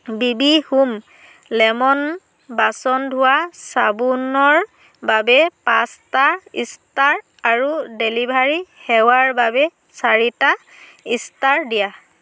B B home lemon বাচন ধোৱা চাবোনৰ বাবে পাঁচটা ষ্টাৰ আৰু ডেলিভাৰী সেৱাৰ বাবে চাৰিটা ষ্টাৰ দিয়া